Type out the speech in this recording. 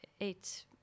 eight